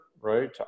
right